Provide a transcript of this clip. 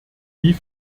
wie